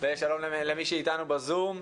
ושלום למי שאיתנו בזום.